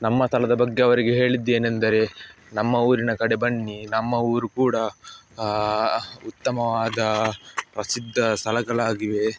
ನಮ್ಮ ಸ್ಥಳದ ಬಗ್ಗೆ ಅವರಿಗೆ ಹೇಳಿದ್ದೇನೆಂದರೆ ನಮ್ಮ ಊರಿನ ಕಡೆ ಬನ್ನಿ ನಮ್ಮ ಊರು ಕೂಡ ಉತ್ತಮವಾದ ಪ್ರಸಿದ್ಧ ಸ್ಥಳಗಳಾಗಿವೆ